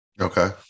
Okay